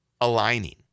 aligning